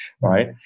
right